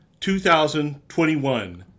2021